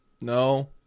No